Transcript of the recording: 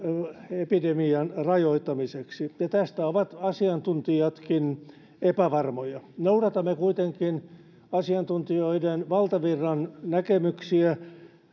epidemian rajoittamiseksi ja tästä ovat asiantuntijatkin epävarmoja noudatamme kuitenkin asiantuntijoiden valtavirran näkemyksiä